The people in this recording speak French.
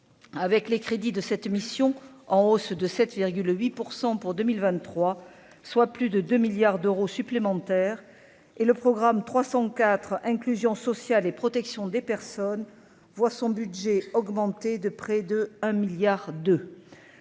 avec les crédits de cette mission, en hausse de 7,8 % pour 2023, soit plus de 2 milliards d'euros supplémentaires et le programme 304 inclusion sociale et protection des personnes, voit son budget augmenter de près de 1 milliard